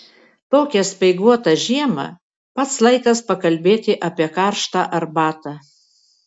tokią speiguotą žiemą pats laikas pakalbėti apie karštą arbatą